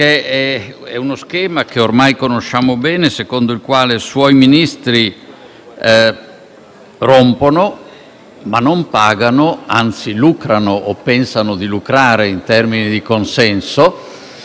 "rompono ma non pagano", anzi lucrano o pensano di lucrare in termini di consenso, mandando in frammenti una politica europea dell'Italia costruita nel tempo